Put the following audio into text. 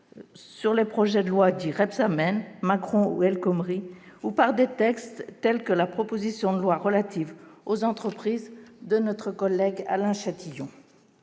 sur les projets de loi dits « Rebsamen »,« Macron » ou « El Khomri » ou de textes tels que la proposition de loi relative aux entreprises de notre collègue Alain Chatillon.